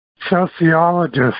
sociologist